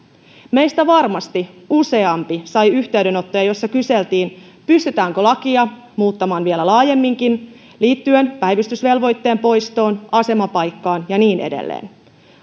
meistä varmasti useampi sai yhteydenottoja joissa kyseltiin pystytäänkö lakia muuttamaan vielä laajemminkin liittyen päivystysvelvoitteen poistoon asemapaikkaan ja niin edelleen